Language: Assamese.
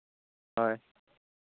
হয়